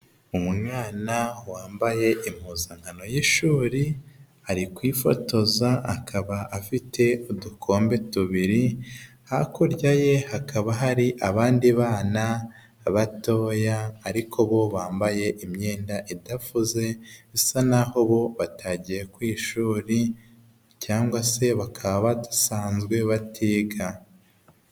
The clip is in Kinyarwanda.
Umwana wambaye impuzankano y'ishuri ari kwifotoza akaba afite udukombe tubiri, hakurya ye hakaba hari abandi bana batoya ariko bo bambaye imyenda idafuze bisa naho bo batagiye ku ishuri cyangwa se bakaba badusanzwe bakiga.